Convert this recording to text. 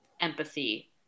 empathy